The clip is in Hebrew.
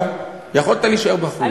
יכולת להישאר בחוץ.